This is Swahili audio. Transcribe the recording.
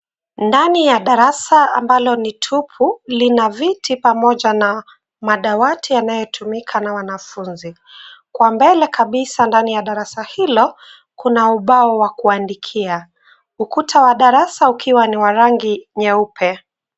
Ndani ya darasa ambalo ni tupu lina viti pamoja na madawati yanayo tumika na wanafunzi. Kwa mbele kabisa ndani ya darasa hilo kuna ubao wa kuandikia. Ukuta wa darasa ukiwa ni wa rangi nyeupe.